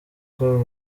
call